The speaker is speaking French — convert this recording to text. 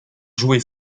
jouer